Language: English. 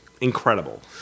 incredible